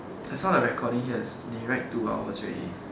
I saw the recording here is they write two hours already